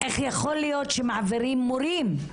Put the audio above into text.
איך יכול להיות שמעבירים מורים?